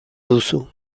duzu